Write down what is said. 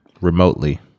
remotely